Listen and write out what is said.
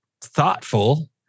thoughtful